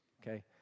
okay